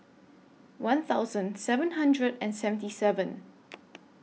one thousand seven hundred and seventy seven